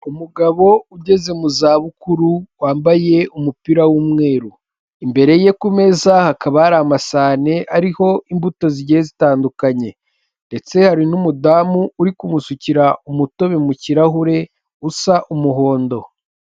Umugabo ugeze mu za bukuru wambaye umupira w'umweru imbere ye ku meza hakaba hari amasahane ariho imbuto zigiye zitandukanye. Ndetse hari n'umudamu uri kumusukira umutobe mu kirahure usa umuhondo.